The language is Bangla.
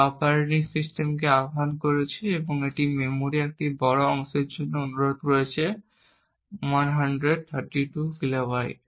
তা অপারেটিং সিস্টেমকে আহ্বান করেছে এবং এটি মেমরির একটি বড় অংশের জন্য অনুরোধ করেছে 132 কিলোবাইট